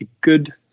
good